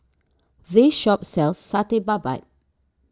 this shop sells Satay Babat